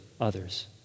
others